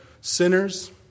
Sinners